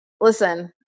Listen